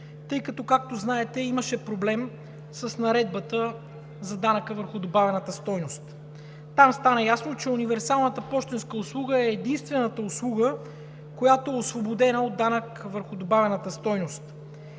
тъй като, както знаете, имаше проблем с Наредбата за данъка върху добавената стойност. Там стана ясно, че универсалната пощенска услуга е единствената услуга, която е освободена от данък върху добавената стойност,